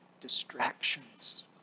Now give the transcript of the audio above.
distractions